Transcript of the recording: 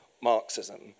Marxism